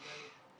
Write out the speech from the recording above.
נדמה לי,